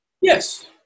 Yes